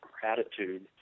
gratitude